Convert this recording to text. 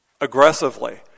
aggressively